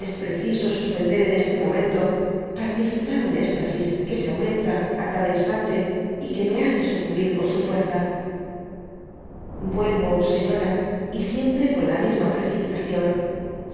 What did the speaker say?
es preciso suspender ai este momento para disipar un estasis que se aumenta á cada instante y que me hace sucumbu por su fuerza vuelvo señora y siempre con la misma precipitación